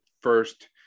first